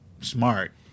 smart